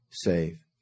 save